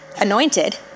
anointed